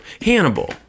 Hannibal